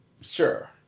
Sure